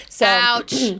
Ouch